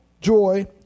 joy